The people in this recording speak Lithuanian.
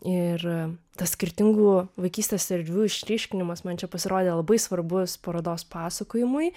ir tas skirtingų vaikystės erdvių išryškinimas man čia pasirodė labai svarbus parodos pasakojimui